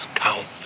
count